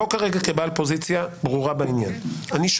אני לא